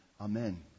Amen